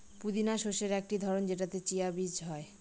পুদিনা শস্যের একটি ধরন যেটাতে চিয়া বীজ হয়